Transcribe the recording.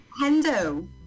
Hendo